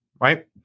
right